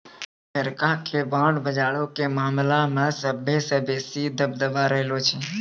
America के bond बजारो के मामला मे सभ्भे से बेसी दबदबा रहलो छै